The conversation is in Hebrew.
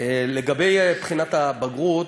לגבי בחינת הבגרות,